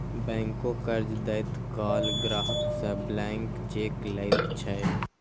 बैंको कर्ज दैत काल ग्राहक सं ब्लैंक चेक लैत छै